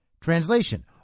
Translation